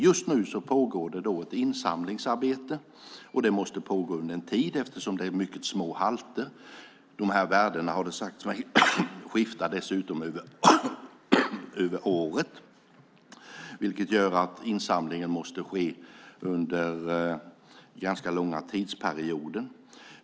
Just nu pågår det ett insamlingsarbete, och det måste pågå under en tid eftersom det är fråga om mycket små halter. Det har sagts mig att värdena också skiftar över året, vilket gör att insamlingen måste ske under långa tidsperioder.